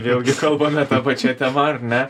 vėlgi kalbame ta pačia tema ar ne